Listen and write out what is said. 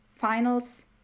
finals